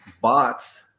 bots